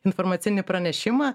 informacinį pranešimą